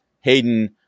Hayden